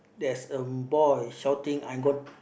there's a boy shouting I'm